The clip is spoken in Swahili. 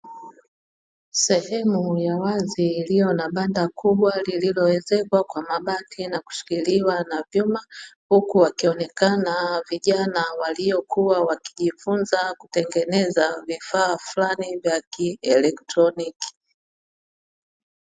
Sehemu ya wazi iliyo na banda kubwa lililowezeshwa kwa mabati na kushikiliwa na vyuma huku wakionekana vijana waliokuwa wakijifunza kutengeneza vifaa fulani vya kielektroniki.